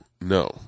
No